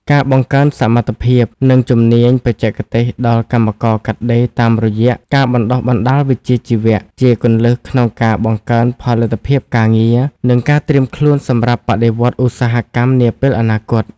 ការបង្កើនសមត្ថភាព និងជំនាញបច្ចេកទេសដល់កម្មករកាត់ដេរតាមរយៈការបណ្ដុះបណ្ដាលវិជ្ជាជីវៈ ជាគន្លឹះក្នុងការបង្កើនផលិតភាពការងារ និងការត្រៀមខ្លួនសម្រាប់បដិវត្តន៍ឧស្សាហកម្មនាពេលអនាគត។